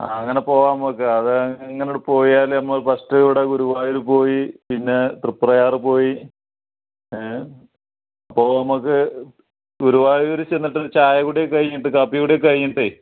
അങ്ങനെ പോവാം നമുക്ക് അത് അങ്ങനെ അങ്ങോട്ട് പോയാൽ നമ്മൾ ഫസ്റ്റ് ഇവിടെ ഗുരുവായൂർ പോയി പിന്നെ തൃപ്രയാർ പോയി ഏ അപ്പോൾ നമുക്ക് ഗുരുവായൂരിൽ ചെന്നിട്ട് ചായ കുടിയൊക്കെ കഴിഞ്ഞിട്ട് കാപ്പി കുടിയൊക്കെ കഴിഞ്ഞിട്ടേ